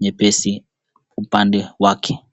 nyepesi upande wake.